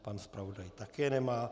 Pan zpravodaj také nemá.